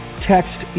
text